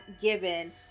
given